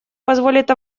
позволит